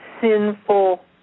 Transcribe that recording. sinful